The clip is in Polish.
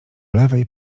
lewej